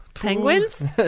Penguins